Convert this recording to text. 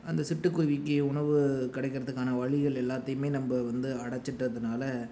அந்த சிட்டுக்குருவிக்கு உணவு கிடைக்கறதுக்கான வழிகள் எல்லாத்தையுமே நம்ப வந்து அடைச்சிட்டதுனால